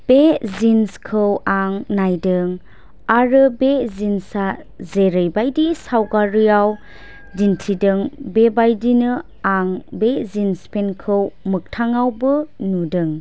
बे जिन्स खौ आं नायदों आरो बे जिन्स आ जेरैबायदि सावगारियाव दिन्थिदों बेबायदिनो आं बे जिन्स पेन्ट खौ मोकथाङावबो नुदों